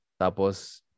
tapos